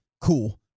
Cool